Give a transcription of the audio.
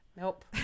nope